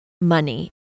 money